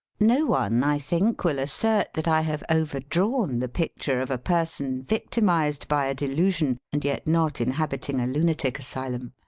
no one, i think, will assert that i have over drawn the picture of a person victimised by a delusion and yet not inhabiting a lunatic asylum.